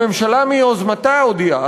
הממשלה מיוזמתה הודיעה,